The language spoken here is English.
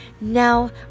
Now